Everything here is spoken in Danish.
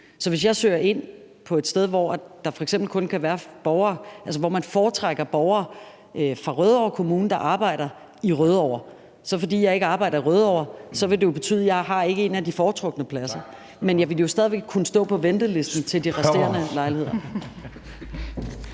Så hvis jeg søger ind på et sted, hvor man f.eks. foretrækker borgere fra Rødovre Kommune, der arbejder i Rødovre, så vil det jo, fordi jeg ikke arbejder i Rødovre, betyde, at jeg ikke har en af de foretrukne pladser. Men jeg vil jo stadig kunne stå på ventelisten til de resterende lejligheder.